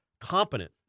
competent